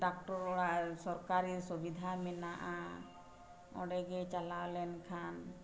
doctor ᱚᱲᱟᱜ ᱥᱚᱨᱠᱟᱨᱤ ᱥᱩᱵᱤᱫᱷᱟ ᱢᱮᱱᱟᱜᱼᱟ ᱚᱸᱰᱮᱜᱮ ᱪᱟᱞᱟᱣ ᱞᱮᱱᱠᱷᱟᱱ